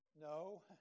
No